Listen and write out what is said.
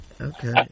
Okay